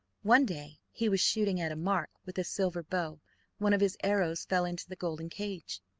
one day he was shooting at a mark with a silver bow one of his arrows fell into the golden cage.